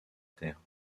terre